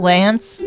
Lance